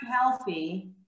healthy